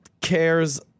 cares